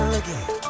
again